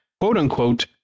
quote-unquote